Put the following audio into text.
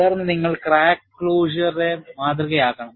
തുടർന്ന് നിങ്ങൾ ക്രാക്ക് ക്ലോസറിനെ മാതൃകയാക്കണം